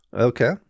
Okay